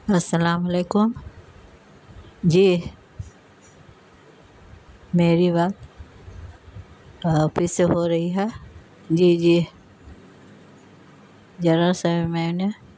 السّلام علیکم جی میری بات آفس سے ہو رہی ہے جی جی ذرا سر میں نے